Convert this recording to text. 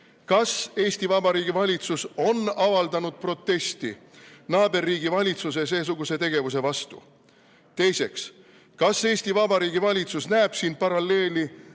Kas Eesti Vabariigi valitsus on avaldanud protesti naaberriigi valitsuse seesuguse tegevuse vastu? Teiseks, kas Eesti Vabariigi valitsus näeb siin paralleeli